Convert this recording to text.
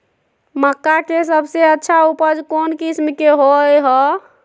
मक्का के सबसे अच्छा उपज कौन किस्म के होअ ह?